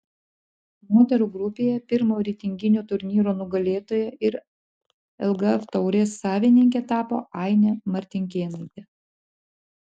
moterų grupėje pirmo reitinginio turnyro nugalėtoja ir lgf taurės savininke tapo ainė martinkėnaitė